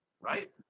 Right